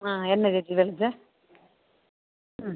ആ എന്ന ചേച്ചി വിളിച്ചത്